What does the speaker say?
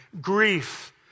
grief